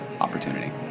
opportunity